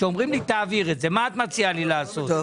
שאומרים לי תעביר את זה.